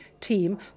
team